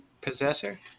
Possessor